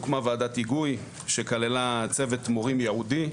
הוקמה ועדת היגוי שכללה צוות מורים ייעודי,